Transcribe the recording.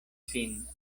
sin